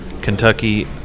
Kentucky